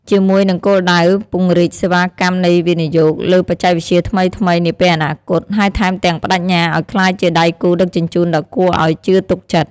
ជាមួយនឹងគោលដៅពង្រីកសេវាកម្មនៃវិនិយោគលើបច្ចេកវិទ្យាថ្មីៗនាពេលអនាគត ហើយថែមទាំងប្តេជ្ញាឲ្យក្លាយជាដៃគូដឹកជញ្ជូនដ៏គួរឲ្យជឿទុកចិត្ត ។